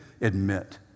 admit